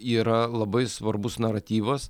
yra labai svarbus naratyvas